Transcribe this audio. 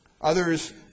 Others